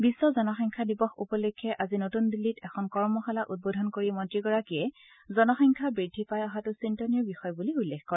বিধ্ব জনসংখ্যা দিৱস উপলক্ষে আজি নতন দিল্লীত এখন কৰ্মশালা উদ্বোধন কৰি মন্ত্ৰীগৰাকীয়ে জনসংখ্যা বৃদ্ধি পাই অহাটো চিন্তনীয় বিষয় বুলি উল্লেখ কৰে